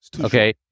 okay